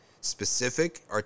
specific